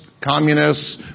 communists